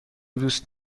دوست